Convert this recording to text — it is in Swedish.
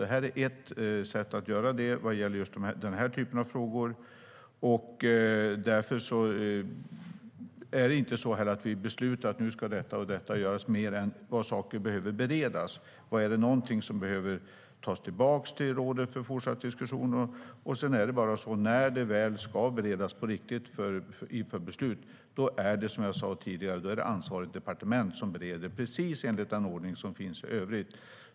Det här är ett sätt att göra det när det gäller just den här typen av frågor. Vi beslutar inte att detta och detta ska göras mer än att saker behöver beredas. Någonting behöver kanske tas tillbaka till rådet för fortsatt diskussion. Och när det väl ska beredas på riktigt inför beslut är det, som jag sa tidigare, ansvarigt departement som bereder det, precis enligt den ordning som finns i övrigt.